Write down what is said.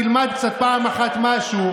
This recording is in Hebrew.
תלמד קצת פעם אחת משהו,